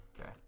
Okay